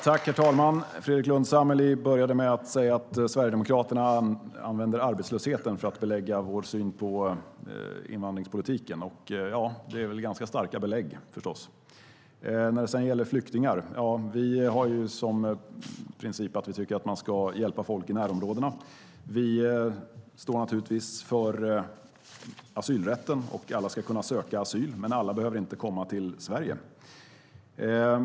Herr talman! Fredrik Lundh Sammeli började med att säga att Sverigedemokraterna använder arbetslösheten som belägg för vår syn på invandringspolitiken. Det är väl ganska starka belägg. När det gäller flyktingar har vi som princip att man ska hjälpa folk i närområdena. Vi står naturligtvis för asylrätten. Alla ska kunna söka asyl, men alla behöver inte komma till Sverige.